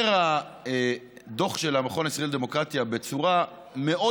אומר הדוח של המכון הישראלי לדמוקרטיה בצורה מאוד